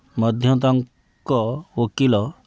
ମଧ୍ୟ ତାଙ୍କ ଓକିଲ